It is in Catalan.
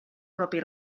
propi